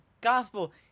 gospel